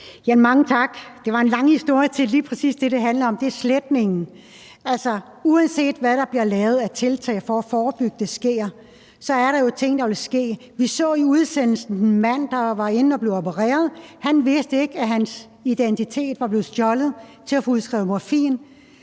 Mange tak. Det var en lang historie vedrørende lige præcis det, det handler om, nemlig sletning. Uanset hvad der bliver lavet af tiltag for at forebygge, at det sker, er der jo ting, der vil ske. Vi så i udsendelsen en mand, der var inde at blive opereret. Han vidste ikke, at hans identitet var blevet stjålet til at få udskrevet morfin.